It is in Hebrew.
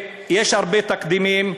יש הרבה תקדימים,